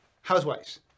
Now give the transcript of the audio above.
housewives